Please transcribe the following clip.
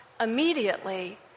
Immediately